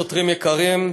שוטרים יקרים,